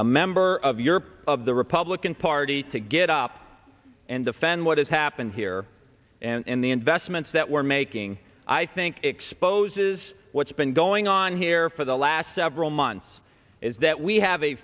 a member of your of the republican party to get up and defend what has happened here and in the investments that we're making i think exposes what's been going on here for the last several months is that we have a